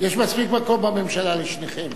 יש מספיק מקום בממשלה לשניכם.